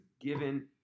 given